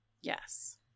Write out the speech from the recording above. Yes